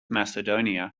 macedonia